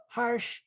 harsh